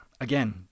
again